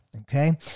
Okay